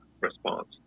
response